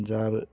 Punjab